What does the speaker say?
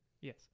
Yes